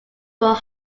were